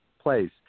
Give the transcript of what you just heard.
place